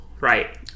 right